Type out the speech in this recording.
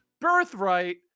Birthright